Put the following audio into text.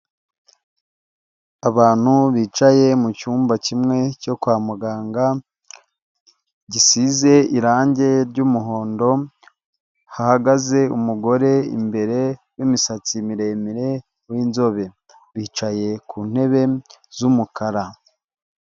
Abantu bicaye mu cyumba kimwe cyo kwa muganga gisize irangi ry'umuhondo, hahagaze umugore imbere w'imisatsi miremire w'inzobe, bicaye ku ntebe z'umukara.